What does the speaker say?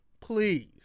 please